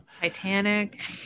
Titanic